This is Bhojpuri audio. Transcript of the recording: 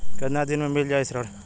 कितना दिन में मील जाई ऋण?